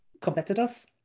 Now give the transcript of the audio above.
competitors